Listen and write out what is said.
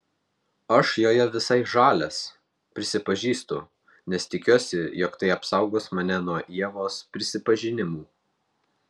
aš joje visai žalias prisipažįstu nes tikiuosi jog tai apsaugos mane nuo ievos prisipažinimų